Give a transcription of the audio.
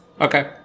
Okay